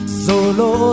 solo